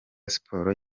siporo